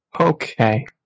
Okay